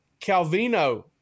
Calvino